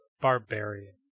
barbarian